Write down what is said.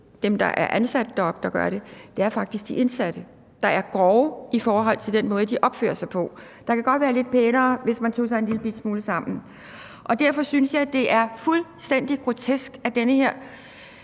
dem, der er ansat deroppe, der gør det. Det er faktisk de indsatte, der er grove i forhold til den måde, de opfører sig på. Der kan godt være lidt pænere, hvis man tog sig en lillebitte smule sammen. Derfor synes jeg, det er fuldstændig grotesk, at den her